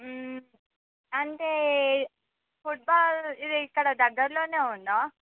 అంటే ఫుట్బాల్ ఇది ఇక్కడ దగ్గర్లోనే ఉందా